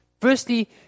Firstly